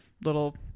little